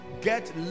get